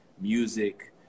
music